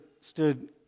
stood